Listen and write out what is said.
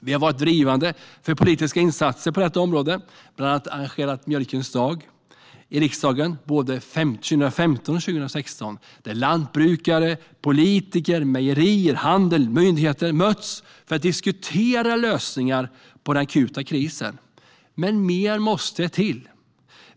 Vi har varit pådrivande för politiska insatser på detta område och bland annat arrangerat Mjölkens dag i riksdagen, både 2015 och 2016, där lantbrukare, politiker, mejerier, handeln och myndigheter har mötts för att diskutera lösningar på den akuta krisen. Men mer måste till.